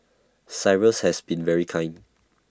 cyrus has been very kind